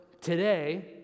today